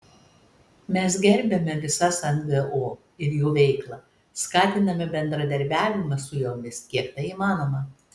mes gerbiame visas ngo ir jų veiklą skatiname bendradarbiavimą su jomis kiek tai įmanoma